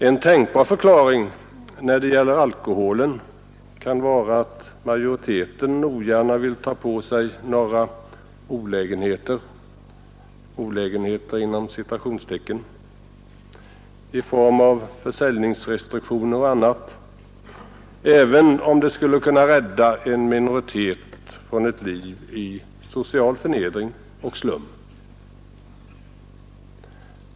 En tänkbar förklaring när det gäller alkohol kan vara att majoriteten ogärna vill ta på sig några ”olägenheter” i form av försäljningsrestriktioner och annat, även om det skulle kunna rädda en minoritet från ett liv i social förnedring och slum.